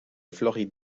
floride